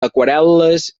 aquarel·les